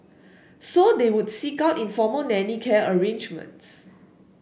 so they would seek out informal nanny care arrangements